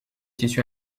tissu